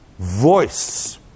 voice